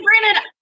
Brandon